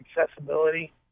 accessibility